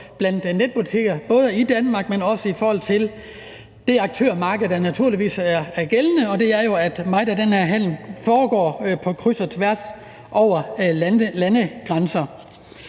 blandt netbutikker, men også i forhold til det aktørmarked, der naturligvis er gældende, hvor meget af den her handel jo foregår på kryds og tværs over landegrænser.